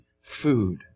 food